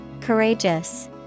Courageous